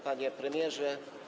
Panie Premierze!